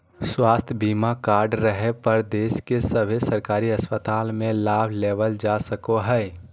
स्वास्थ्य बीमा कार्ड रहे पर देश के सभे सरकारी अस्पताल मे लाभ लेबल जा सको हय